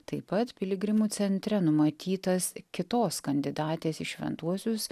taip pat piligrimų centre numatytas kitos kandidatės į šventuosius